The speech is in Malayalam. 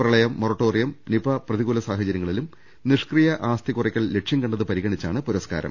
പ്രളയം മൊറട്ടോറിയം നിപാ പ്രതികൂല സാഹ ചര്യങ്ങളിലും നിഷ്ക്രിയ ആസ്തി കുറയ്ക്കൽ ലക്ഷ്യം കണ്ടത് പരി ഗണിച്ചാണ് പുരസ്കാരം